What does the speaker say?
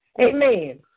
Amen